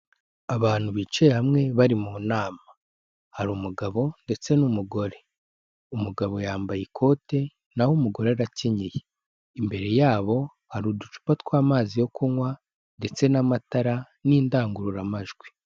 Abantu bicaye hamwe bari mu nama. Hari umugabo ndetse n'umugore umugabo yambaye ikote naho umugore arakenyeye. Imbere yabo hari uducupa tw'amazi yo kunywa ndetse n'amatara n'indangururamajwi.